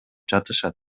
жатышат